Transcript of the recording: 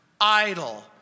idle